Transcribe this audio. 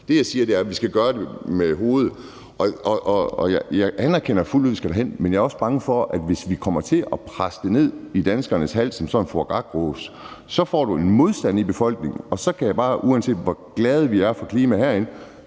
Det, jeg siger, er, at vi skal gøre det med hovedet. Jeg anerkender fuldt ud, at vi skal derhen, men jeg er også bange for, at hvis vi kommer til at presse det ned i danskernes hals som sådan foie gras-gås, får man modstand i befolkningen. Og uanset hvor glade vi er for klima herinde,